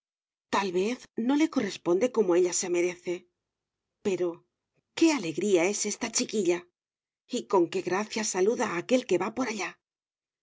tal vez no le corresponde como ella se merece pero qué alegría es esta chiquilla y con qué gracia saluda a aquel que va por allá